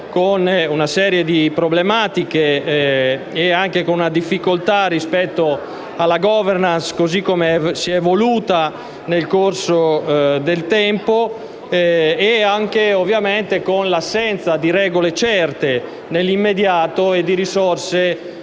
con una serie di problematiche, con difficoltà rispetto alla *governance* così come si è evoluta nel corso del tempo e con l'assenza di regole certe nell'immediato e risorse